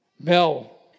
Mel